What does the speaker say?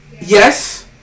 yes